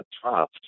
trust